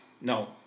no